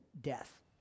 death